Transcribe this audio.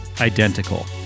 identical